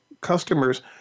customers